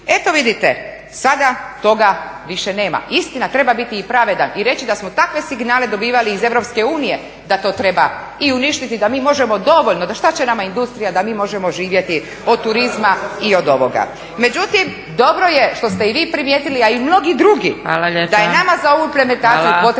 Eto vidite, sada toga više nema. Istina, treba biti pravedan i reći da smo takve signale dobivali iz EU da to treba i uništiti da mi možemo dovoljno, da što će nama industrija da mi možemo živjeti od turizma i od ovoga. Međutim, dobro je što ste i vi primijetili, a i mnogi drugi, da je nama za ovu … potrebna